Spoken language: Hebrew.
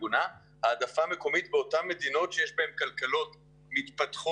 מגונות באותן מדינות שיש בהן כלכלות מתפתחות,